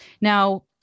Now